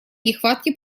нехватки